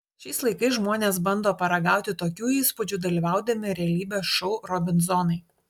šiais laikais žmonės bando paragauti tokių įspūdžių dalyvaudami realybės šou robinzonai